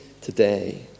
today